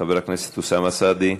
חבר הכנסת אוסאמה סעדי,